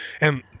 and-